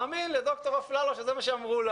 מאמין לדוקטור אפללו שזה מה שאמרו לה